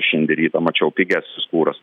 šiandien rytą mačiau pigesnis kuras